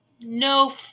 no